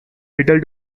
little